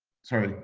sorry,